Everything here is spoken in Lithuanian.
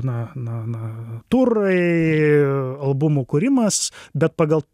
na na na turai albumų kūrimas bet pagal